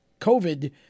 COVID